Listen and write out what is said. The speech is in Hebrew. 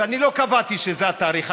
שאני לא קבעתי שזה התאריך,